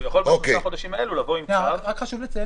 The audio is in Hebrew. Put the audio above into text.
הוא יכול בחודשים האלה לבוא עם צו --- רק חשוב לציין,